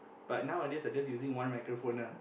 but nowadays I just using one microphone ah